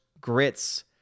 grits